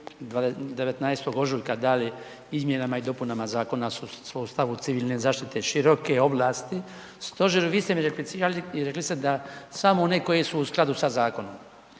19.ožujka dali izmjenama i dopunama Zakona o sustavu civilne zaštite široke ovlasti stožeru vi ste mi replicirali i rekli ste da samo oni koji su u skladu sa zakonom.